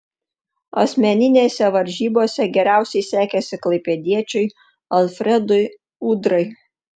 asmeninėse varžybose geriausiai sekėsi klaipėdiečiui alfredui udrai